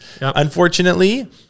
Unfortunately